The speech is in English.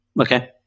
Okay